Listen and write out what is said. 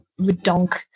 redonk